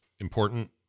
important